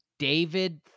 David